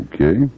Okay